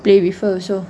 play with her also